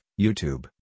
YouTube